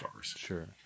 Sure